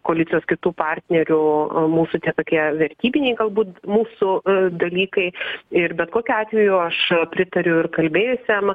koalicijos kitų partnerių mūsų tie tokie vertybiniai galbūt mūsų dalykai ir bet kokiu atveju aš pritariu ir kalbėjusiam